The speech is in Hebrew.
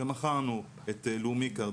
שמכרנו את לאומי קארד,